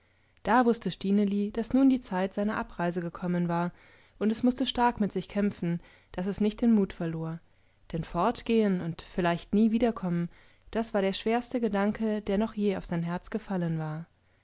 da wußte stineli daß nun die zeit seiner abreise gekommen war und es mußte stark mit sich kämpfen daß es nicht den mut verlor denn fortgehen und vielleicht nie wiederkommen das war der schwerste gedanke der noch je auf sein herz gefallen war